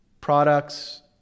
Products